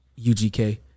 UGK